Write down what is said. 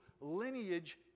lineage